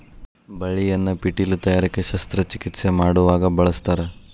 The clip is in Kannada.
ಬಳ್ಳಿಯನ್ನ ಪೇಟಿಲು ತಯಾರಿಕೆ ಶಸ್ತ್ರ ಚಿಕಿತ್ಸೆ ಮಾಡುವಾಗ ಬಳಸ್ತಾರ